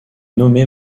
nommé